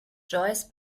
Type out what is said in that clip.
joyce